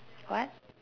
what